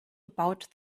about